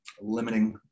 limiting